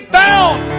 bound